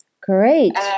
great